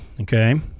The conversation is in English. Okay